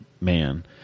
man